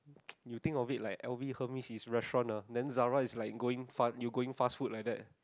you think of it like L_V Hermes is restaurant ah then Zara is like going fast you going fast food like that